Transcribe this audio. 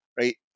right